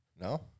No